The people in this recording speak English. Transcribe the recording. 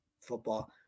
football